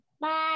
Bye